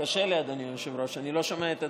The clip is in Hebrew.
קשה לי, אדוני היושב-ראש, אני לא שומע את עצמי.